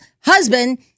husband